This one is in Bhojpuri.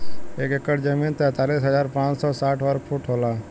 एक एकड़ जमीन तैंतालीस हजार पांच सौ साठ वर्ग फुट होला